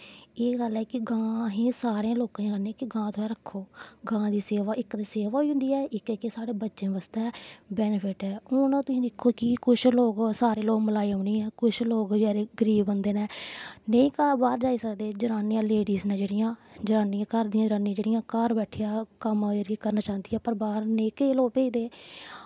एह् गल्ल ऐ कि गां असें सारें लोकें कि गां तुस रक्खो इक ते गां दी सेवा होई जंदी ऐ इक ते बच्चें बास्ते बैनिफिट ऐ हून तुस दिक्खो कि कुछ लोग सारे लोक मलाज़म निं हैन कुछ लोग बचैरे गरीब बंदे न नेईं घरा दा बाह्र जाई सकदे जनानियां लेड़ीस न जेह्ड़ियां जनानियां घर दियां जेह्ड़ियां घर बैठी दियां कम्म करना चांह्दियां पर बाह्र नेईं केईं लोक भेजदे